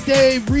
Dave